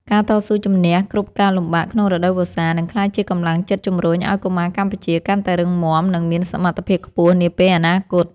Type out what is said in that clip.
ការតស៊ូជម្នះគ្រប់ការលំបាកក្នុងរដូវវស្សា នឹងក្លាយជាកម្លាំងចិត្តជម្រុញឱ្យកុមារកម្ពុជាកាន់តែរឹងមាំ និង មានសមត្ថភាពខ្ពស់នាពេលអនាគត។